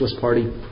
party